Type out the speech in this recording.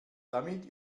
damit